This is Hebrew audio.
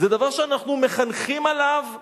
זה דבר שאנחנו מחנכים עליו דורות.